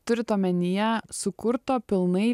turint omenyje sukurto pilnai